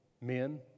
men